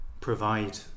provide